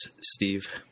steve